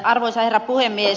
arvoisa herra puhemies